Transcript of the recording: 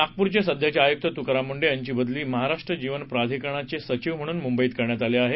नागपूरचे सध्याचे आयुक तुकाराम मुंडे यांची बदली महाराष्ट्र जीवन प्रधिकरणाचे सचिव म्हणून मुंबईत करण्यात आली आहे